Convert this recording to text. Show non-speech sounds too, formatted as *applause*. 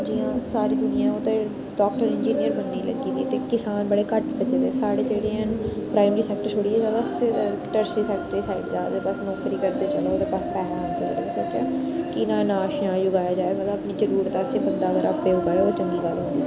हून जियां सारी दुनिया ओह् ते डाक्टर इंजीनियर बनने गी लग्गी दी ऐ ते किसान बड़े घट्ट बचे दे साढ़े जेह्ड़े हैन प्राइमरी सैक्टर छोड़ियै इंड्र्स्टी सैक्टर आह्ली साइड जा दे नौकरी करदे *unintelligible* कि अनाज़ शाज़ उगाया जाए मतलब अपनी जरूरत दा बंदा अपने पूरी करै ओह् चंगी गल्ल ऐ